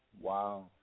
Wow